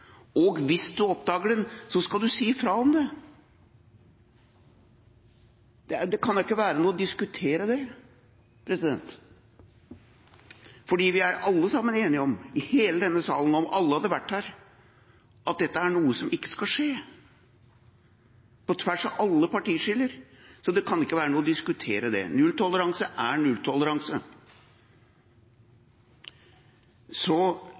Og hvis man oppdager det, skal man si fra om det. Det kan da ikke være noe å diskutere. For vi er alle sammen i denne salen, på tvers av alle partiskiller – om alle hadde vært her – enige om at dette er noe som ikke skal skje. Det kan ikke være noe å diskutere. Nulltoleranse er nulltoleranse. Så